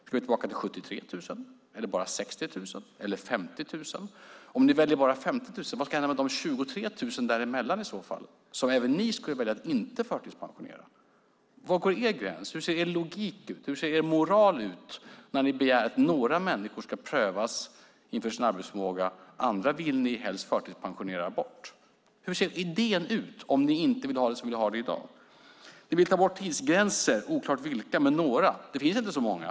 Ska vi tillbaka till 73 000 eller bara 60 000 eller 50 000? Om ni väljer bara 50 000, vad ska i så fall hända med de 23 000 däremellan som även ni skulle välja att inte förtidspensionera? Var går er gräns, hur ser er logik ut och hur ser er moral ut när ni begär att några människors arbetsförmåga ska prövas och helst vill förtidspensionera bort andra? Hur ser idén ut om ni inte vill ha det som vi har det i dag? Ni vill ta bort tidsgränser, oklart vilka men några. Det finns inte så många.